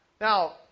Now